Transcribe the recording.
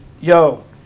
yo